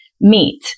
meat